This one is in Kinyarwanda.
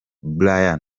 brian